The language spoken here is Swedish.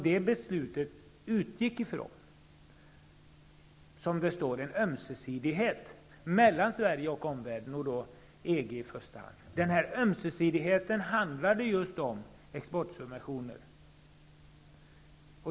Det beslutet utgick från en ömsesidighet mellan Sverige och omvärlden -- och då EG i första hand. Den här ömsesidigheten gällde i första hand exportsubventioner.